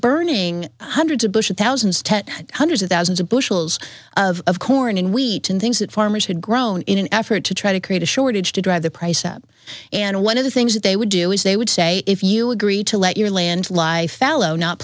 burning hundreds of bushes thousands tens hundreds of thousands of bushels of corn and wheat and things that farmers had grown in an effort to try to create a shortage to drive the price up and one of the things that they would do is they would say if you agree to let your land life fallow not